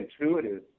intuitive